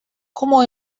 como